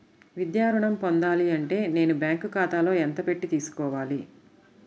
విద్యా ఋణం పొందాలి అంటే నేను బ్యాంకు ఖాతాలో ఎంత పెట్టి తీసుకోవాలి?